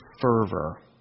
fervor